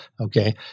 Okay